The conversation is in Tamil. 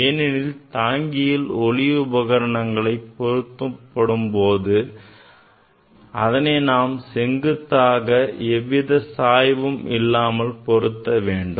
ஏனெனில் தாங்கியில் ஒளியியல் உபகரணங்கள் பொருத்தப்படும் போது அதனை நாம் செங்குத்தாக எவ்வித சாய்வும் இல்லாமல் பொருத்த வேண்டும்